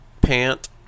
pant